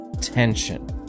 tension